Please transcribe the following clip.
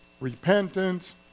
repentance